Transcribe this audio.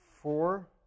four